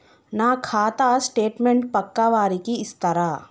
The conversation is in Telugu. నా ఖాతా స్టేట్మెంట్ పక్కా వారికి ఇస్తరా?